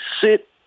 sit